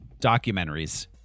documentaries